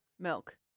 Milk